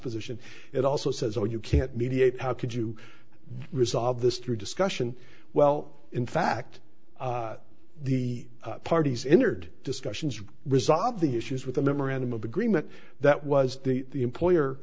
position it also says or you can't mediate how could you resolve this through discussion well in fact the parties entered discussions resolve the issues with a memorandum of agreement that was the